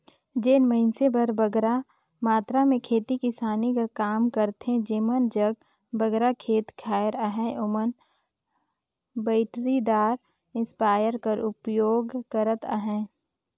जेन मइनसे मन बगरा मातरा में खेती किसानी कर काम करथे जेमन जग बगरा खेत खाएर अहे ओमन बइटरीदार इस्पेयर कर परयोग करत अहें